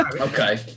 okay